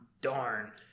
darn